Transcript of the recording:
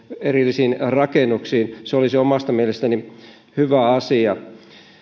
erillisiin rakennuksiin se olisi omasta mielestäni hyvä asia